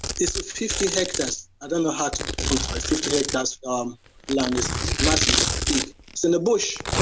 it's a fifty hectares i don't know how to quantify fifty hectares. um land it's massive it's big, it's in the bush.